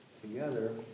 together